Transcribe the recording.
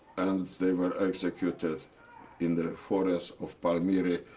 and they were executed in the forest of ponary,